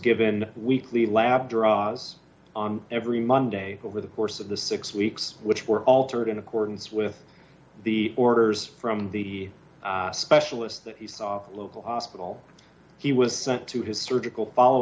given weekly lab draws on every monday over the course of the six weeks which were altered in accordance with the orders from the specialist that he saw the local hospital he was sent to his surgical follow